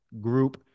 group